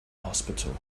hospital